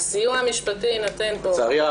לצערי,